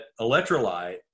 electrolyte